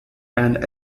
and